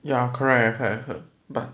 ya correct correct I heard but